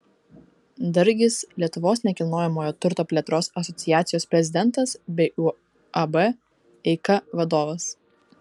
dargis lietuvos nekilnojamojo turto plėtros asociacijos prezidentas bei uab eika vadovas